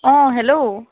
অ hello